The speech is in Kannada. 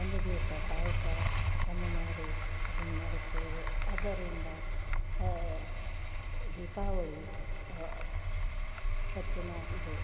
ಒಂದು ದಿವಸ ಪಾಯಸವನ್ನು ಮಾಡಿ ಇದನ್ನು ಮಾಡುತ್ತೇವೆ ಅದರಿಂದ ದೀಪಾವಳಿ ಹೆಚ್ಚಿನ ಇದು